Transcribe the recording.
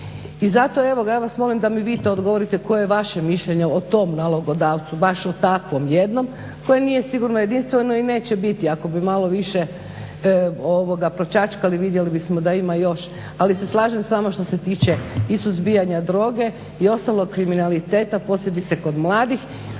I zato evoga ja vas molim da mi vi odgovorite koje je vaše mišljenje o tom nalogodavcu, baš o takvom jednom koje nije sigurno jedinstveno i neće biti. Ako bi malo više pročačkali vidjeli bismo da ima još. Ali se slažem s vama što se tiče i suzbijanja droga i ostalog kriminaliteta, posebice kod mladih